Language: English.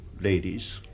ladies